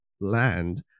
land